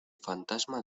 fantasma